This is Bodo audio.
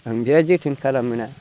खांग्राया जोथोन खालामोना